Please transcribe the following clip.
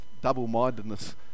double-mindedness